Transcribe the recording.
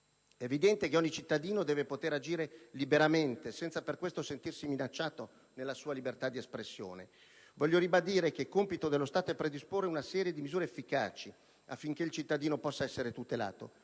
È evidente che ogni cittadino deve poter agire liberamente, senza per questo sentirsi minacciato nella sua libertà d'espressione. Voglio ribadire che compito dello Stato è predisporre una serie di misure efficaci affinché il cittadino possa essere tutelato: